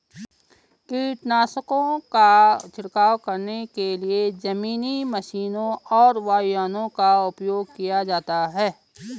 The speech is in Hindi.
कीटनाशकों का छिड़काव करने के लिए जमीनी मशीनों और वायुयानों का उपयोग किया जाता है